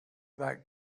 back